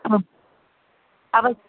आम् अवश्यम्